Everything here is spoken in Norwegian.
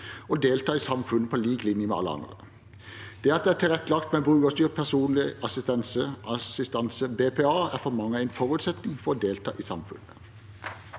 – delta i samfunnet på lik linje med alle andre. Det at det er tilrettelagt med brukerstyrt personlig assistanse, BPA, er for mange en forutsetning for å delta i samfunnet.